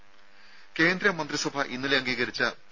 രംഭ കേന്ദ്ര മന്ത്രിസഭ ഇന്നലെ അംഗീകരിച്ച പി